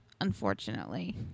unfortunately